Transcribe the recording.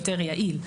יותר יעיל.